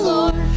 Lord